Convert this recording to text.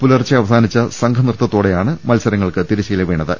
പുലർച്ചെ അവസാനിച്ച സംഘനൃത്തതോടെയാണ് മത്സരങ്ങൾക്ക് തിരശ്ശീല വീണത്